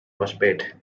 phosphate